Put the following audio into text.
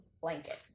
blanket